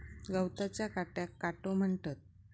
गवताच्या काट्याक काटो म्हणतत